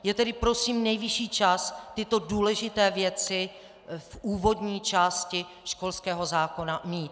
Je tedy prosím nejvyšší čas tyto důležité věci v úvodní části školského zákona mít.